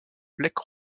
blake